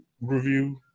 review